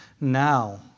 Now